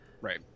right